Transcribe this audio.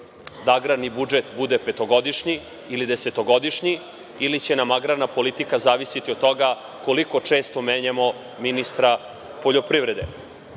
da agrarni budžet bude petogodišnji ili desetogodišnji, ili će nam agrarna politika zavisiti od toga koliko često menjamo ministra poljoprivrede? Imamo